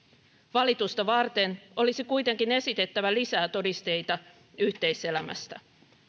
valitusta varten olisi kuitenkin esitettävä lisää todisteita yhteiselämästä